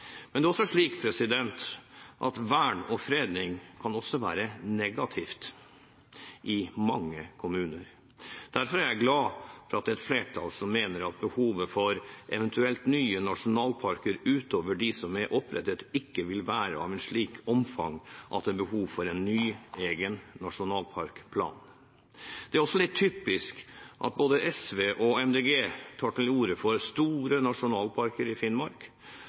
Men det er også slik at vern og fredning kan være negativt i mange kommuner. Derfor er jeg glad for at det er et flertall som mener at behovet for eventuelt nye nasjonalparker utover dem som er opprettet, ikke vil være av et slikt omfang at det er behov for en ny, egen nasjonalparkplan. Det er også litt typisk at både SV og Miljøpartiet De Grønne tar til orde for store nasjonalparker i Finnmark.